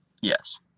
Yes